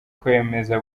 kwemeza